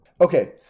Okay